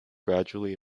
gradually